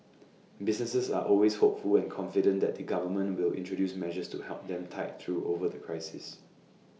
businesses are always hopeful and confident that the government will introduce measures to help them tide through over the crisis